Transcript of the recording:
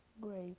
Great